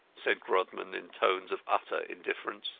said grodman, in tones of utter indifference